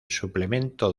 suplemento